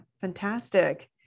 Fantastic